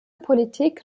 politik